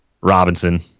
Robinson